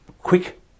quick